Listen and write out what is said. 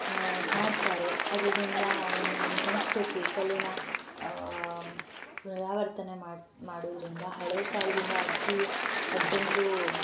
ಹಾಡ್ತಾರೆ ಅದರಿಂದ ಒಂದು ನಮ್ಮ ಸಂಸ್ಕೃತಿ ಕಲೆನ ಪುನರಾವರ್ತನೆ ಮಾಡು ಮಾಡುವುದರಿಂದ ಹಳೆಯ ಕಾಲದಿಂದ ಅಜ್ಜಿ ಅಜ್ಜಂದಿರು